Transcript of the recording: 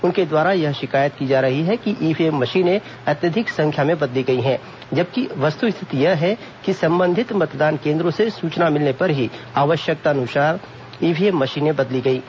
उनके द्वारा यह शिकायत की जा रही है कि ईव्हीएम मशीनें अत्यधिक संख्या में बदली गई हैं जबकि वस्तुस्थिति यह है कि संबंधित मतदान केन्द्रों से सूचना मिलने पर ही आवश्यकतानुसार ईव्हीएम मशीनें बदली गईं